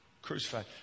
Crucified